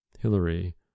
Hillary